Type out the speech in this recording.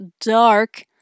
dark